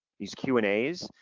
these q and as.